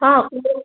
ହଁ ଆସନ୍ତୁ